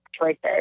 choices